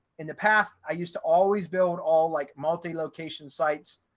in the past, i used to always build all like multi location sites.